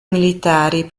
militari